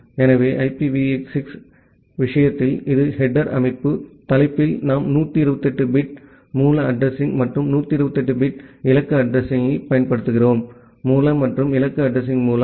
எனவே IPv6 இன் விஷயத்தில் இது ஹெடேர் அமைப்பு தலைப்பில் நாம் 128 பிட் மூல அட்ரஸிங் மற்றும் 128 பிட் இலக்கு அட்ரஸிங்யைப் பயன்படுத்துகிறோம் மூல மற்றும் இலக்கு அட்ரஸிங் புலம்